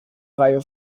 reihe